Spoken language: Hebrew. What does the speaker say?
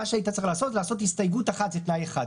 מה שהיית צריך לעשות זה לעשות הסתייגות אחת זה תנאי אחד,